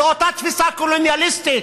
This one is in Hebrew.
זו אותה תפיסה קולוניאליסטית,